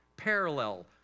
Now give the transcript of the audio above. parallel